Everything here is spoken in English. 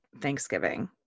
thanksgiving